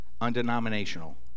undenominational